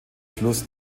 fluss